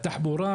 התחבורה,